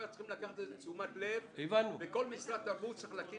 צריך לקחת את זה לתשומת לב, וכל משרד צריך להקים